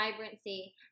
vibrancy